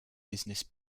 business